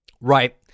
right